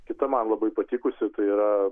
kita man labai patikusi tai yra